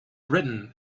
written